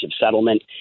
settlement